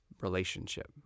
relationship